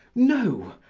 no,